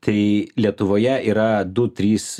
tai lietuvoje yra du trys